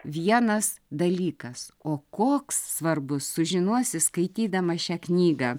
vienas dalykas o koks svarbus sužinosi skaitydama šią knygą